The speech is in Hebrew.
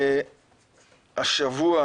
השבוע,